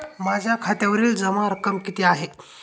माझ्या खात्यावरील जमा रक्कम किती आहे?